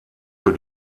für